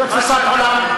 זאת תפיסת עולם,